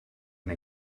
and